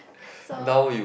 so